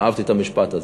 אהבתי את המשפט הזה.